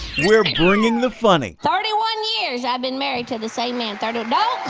we're bringing the funny. forty one years, i've been married to the same man. don't